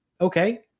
okay